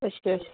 ਅੱਛਿਆ ਅੱਛਾ